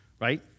right